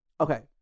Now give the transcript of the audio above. Okay